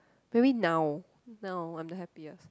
maybe now now I'm the happiest